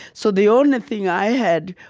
so the only thing i had,